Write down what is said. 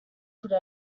could